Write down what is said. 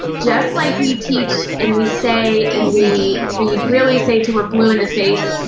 just like we teach and we say, and we we really say til we're blue in the face,